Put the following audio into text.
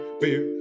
beer